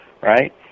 right